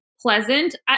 pleasant